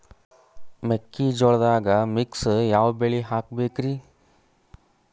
ಮೆಕ್ಕಿಜೋಳದಾಗಾ ಮಿಕ್ಸ್ ಯಾವ ಬೆಳಿ ಹಾಕಬೇಕ್ರಿ?